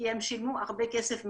כי הם שילמו הרבה כסף מראש.